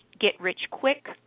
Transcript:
get-rich-quick